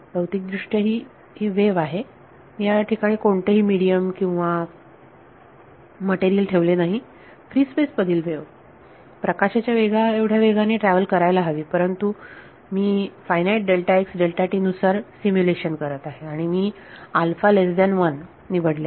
भौतिक दृष्ट्या ही ही वेव्ह आहे मी या ठिकाणी कोणतेही मिडीयम किंवा मटेरियल ठेवले नाही फ्री स्पेस मधील वेव्ह प्रकाशाच्या वेगा एवढ्या वेगाने ट्रॅव्हल करायला हवी परंतु मी मी फायनाईट नुसार सिम्युलेशन करत आहे आणि मी मी निवडले आहे